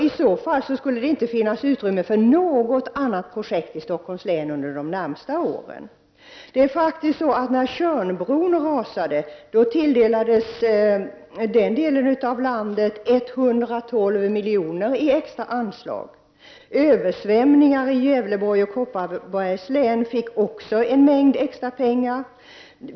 I så fall skulle det inte finnas utrymme för något annat projekt i Stockholms län inom de närmaste åren. När Tjörnbron rasade tilldelades den delen av landet 112 miljoner i extra anslag. Översvämningarna i Gävleborgs och Kopparbergs län gjorde att länen fick en mängd extra pengar.